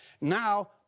Now